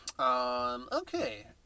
okay